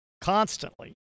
constantly